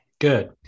Good